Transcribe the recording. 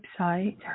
website